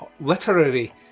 Literary